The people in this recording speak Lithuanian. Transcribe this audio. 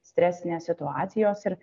stresinės situacijos ir